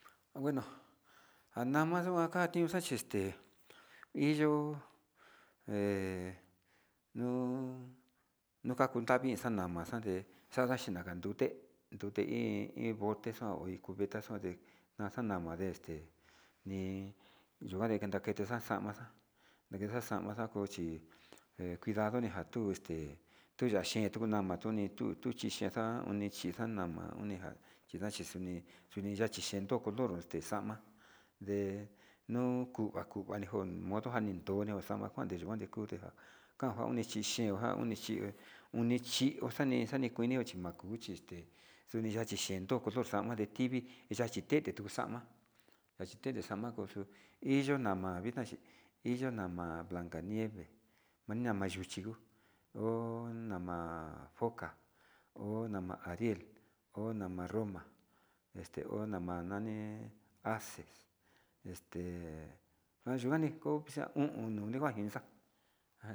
Bueno nja nama xuan xanchixte iyo he nuu nukakunravi naxana nama xande xada chi nakandute ndute iin iin bote xao vit cubeta nde na'a xanama este nii nuja nakete naxa'a nakaxa naxaxa, namaxa kuti cuidado nijan tuu tuu yaxhi tuu nama kunitu kunixhexa na oni xhian nama nijan chinaxhi njuni chuni na'a xheto color, este xama nde nuu kuva kuva nijon modo xanduni njama njan deyukuan nikujan kan joni xhi xhen kajoni chi uni xhin oxani kueni chimakuchi este xuni yachi xhento color oko xaon detivi yachi te ke kuu xama xachi te'e ti kuxama koyuu iyo nama vixna chi iyo nama blanca nieves iin nama kuchi uu ho nama foca ho ama ariel ho nama roma este ho nama nani ace este nja xhikuani ko o'on no nijuan kixa'a.